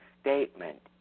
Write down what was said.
statement